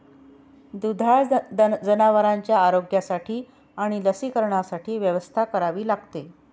दुधाळ जनावरांच्या आरोग्यासाठी आणि लसीकरणासाठी व्यवस्था करावी लागते